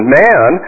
man